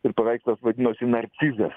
ir paveikslas vadinosi narcizas